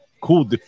cool